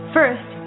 First